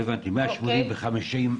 עיניי ביום חמישי.